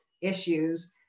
issues